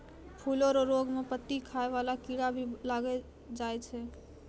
फूलो रो रोग मे पत्ती खाय वाला कीड़ा भी लागी जाय छै